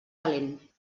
talent